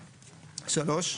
(3)